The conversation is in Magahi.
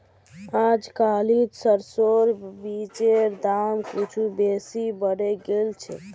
अजकालित सरसोर बीजेर दाम कुछू बेसी बढ़े गेल छेक